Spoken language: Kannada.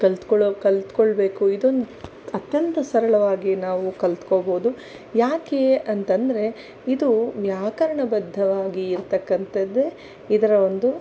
ಕಲ್ತುಕೊಳ್ಳೋ ಕಲ್ತುಕೊಳ್ಬೇಕು ಇದೊಂದು ಅತ್ಯಂತ ಸರಳವಾಗಿ ನಾವು ಕಲ್ತುಕೋಬಹುದು ಯಾಕೆ ಅಂತಂದರೆ ಇದು ವ್ಯಾಕರಣಬದ್ಧವಾಗಿ ಇರ್ತಕ್ಕಂಥದ್ದೇ ಇದರ ಒಂದು